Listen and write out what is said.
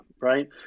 right